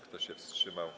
Kto się wstrzymał?